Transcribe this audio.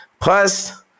Plus